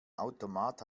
automat